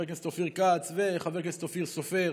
הכנסת אופיר כץ וחבר הכנסת אופיר סופר